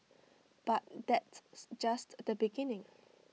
but that's just the beginning